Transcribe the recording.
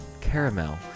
caramel